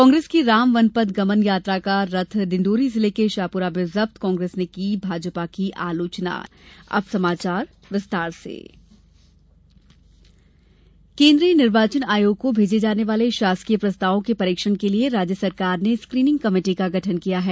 कांग्रेस की राम वनपथ गमन यात्रा का रथ डिंडोरी जिले के शाहपुरा में जब्त कांग्रेस ने की भाजपा की आलोचना प्रस्ताव परीक्षण केन्द्रीय निर्वाचन आयोग को भेजे जाने वाले शासकीय प्रस्तावों के परीक्षण के लिए राज्य शासन ने स्क्रीनिंग कमेटी का गठन किया है